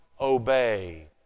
obey